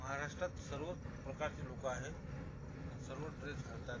महाराष्ट्रात सर्व प्रकारचे लोकं आहेत सर्व ड्रेस घालतात